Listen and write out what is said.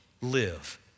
live